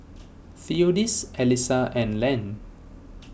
theodis Alisa and Len